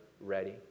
ready